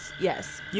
yes